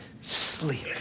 sleep